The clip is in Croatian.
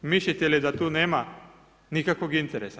Mislite li da tu nema nikakvog interesa?